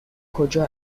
کجا